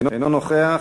אינו נוכח.